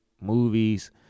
movies